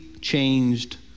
changed